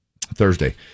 thursday